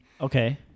Okay